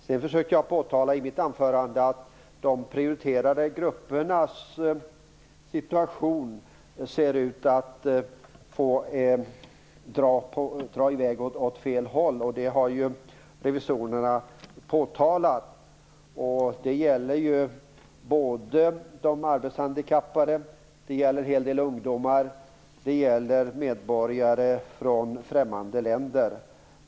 Sedan försökte jag i mitt anförande påtala att de prioriterade gruppernas situation ser ut att dra i väg åt fel håll. Det har revisorerna påtalat. Det gäller arbetshandikappade, ungdomar och medborgare från främmande länder.